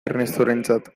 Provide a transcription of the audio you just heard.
ernestorentzat